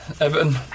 Everton